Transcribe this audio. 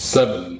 Seven